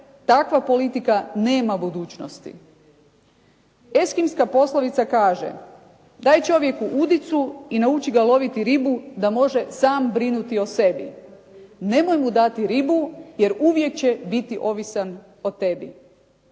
takva politika nema budućnosti. Eskimska poslovica kaže: "Daj čovjeku udicu i nauči ga loviti ribu da može sam brinuti o sebi. Nemoj mu dati ribu, jer uvijek će biti ovisan o tebi."